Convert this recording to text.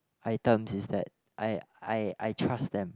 item is that I I I trust them